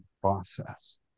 process